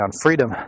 freedom